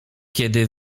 kiedy